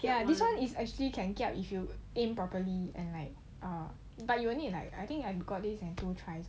ya this one is actually can kiap if you aim properly but um but you need like I think I have to got this on two tries